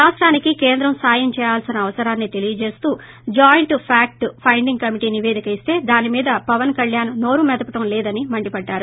రాష్టానికి కేంద్రం సాయం చేయాల్పిన అవసరాన్ని తెలియజేస్తూ జాయింట్ ఫ్యాక్ట్ పైండింగ్ కమ్టీ నివేదిక ఇస్తే దానిమీద పవన్ కల్యాణ్ నోరు మెదపడం లేదని మండిపడ్డారు